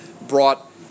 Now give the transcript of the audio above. brought